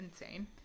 insane